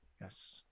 Yes